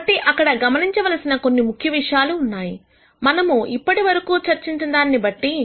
కాబట్టి అక్కడ గమనించవలసిన కొన్ని విషయాలు ఉన్నాయి మనము ఇప్పటివరకు చర్చించిన దానిని బట్టి